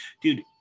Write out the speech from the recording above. dude